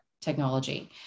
technology